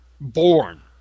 born